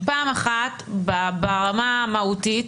פעם אחת ברמה המהותית,